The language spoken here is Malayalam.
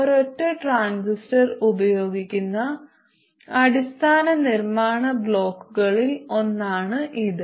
ഒരൊറ്റ ട്രാൻസിസ്റ്റർ ഉപയോഗിക്കുന്ന അടിസ്ഥാന നിർമ്മാണ ബ്ലോക്കുകളിൽ ഒന്നാണിത്